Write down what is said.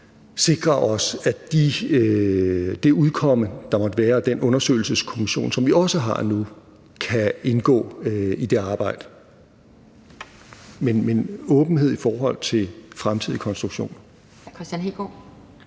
sikrer os, at det udkomme, der måtte være af den undersøgelseskommission, som vi også har nu, kan indgå i det arbejde. Men åbenhed i forhold til fremtidig konstruktion.